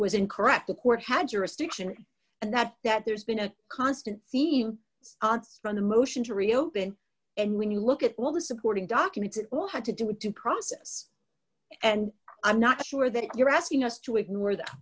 was incorrect the court had jurisdiction and that that there's been a constant theme from the motion to reopen and when you look at all the supporting documents it will have to do with due process and i'm not sure that you're asking us to ignore that